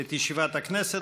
את ישיבת הכנסת.